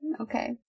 Okay